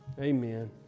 Amen